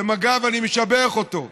אני סוגר את רשימת הדוברים.